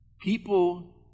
People